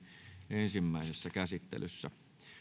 ensimmäisessä käsittelyssä